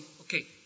okay